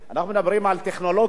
אנחנו מדברים על טכנולוגיה,